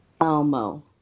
Elmo